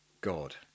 God